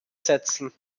setzen